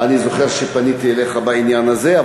אני זוכר שפניתי אליך בעניין הזה.